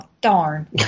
darn